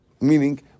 Meaning